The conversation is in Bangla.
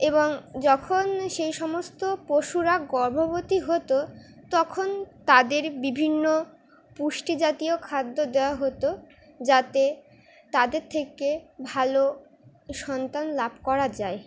এবং যখন সেই সমস্ত পশুরা গর্ভবতী হতো তখন তাদের বিভিন্ন পুষ্টি জাতীয় খাদ্য দেওয়া হতো যাতে তাদের থেকে ভালো সন্তান লাভ করা যায়